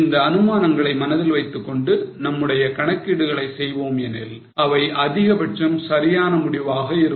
இந்த அனுமானங்களை மனதில் வைத்துக்கொண்டு நம்முடைய கணக்கீடுகளை செய்வோம் எனில் அவை அதிகபட்சம் சரியான முடிவாக இருக்கும்